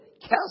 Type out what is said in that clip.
cast